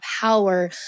power